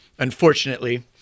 unfortunately